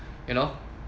you know